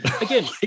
Again